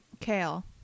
kale